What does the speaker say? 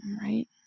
right